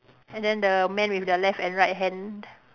and then the man with the left and right hand